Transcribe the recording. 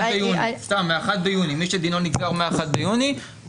מי שדינו נגזר מ-1 ביוני,